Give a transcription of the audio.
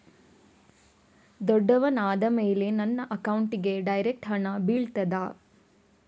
ದೊಡ್ಡವನಾದ ಮೇಲೆ ನನ್ನ ಅಕೌಂಟ್ಗೆ ಡೈರೆಕ್ಟ್ ಹಣ ಬೀಳ್ತದಾ?